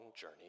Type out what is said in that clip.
journey